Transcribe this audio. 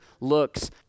looks